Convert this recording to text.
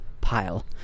pile